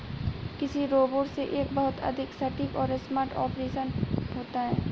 कृषि रोबोट से एक बहुत अधिक सटीक और स्मार्ट ऑपरेशन होता है